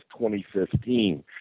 2015